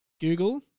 Google